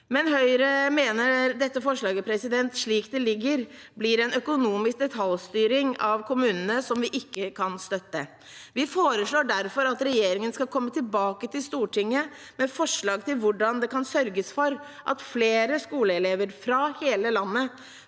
imidlertid at dette forslaget, slik det foreligger, blir en økonomisk detaljstyring av kommunene som vi ikke kan støtte. Vi foreslår derfor at regjeringen skal komme tilbake til Stortinget med forslag til hvordan man kan sørge for at flere skoleelever fra hele landet